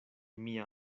mia